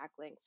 backlinks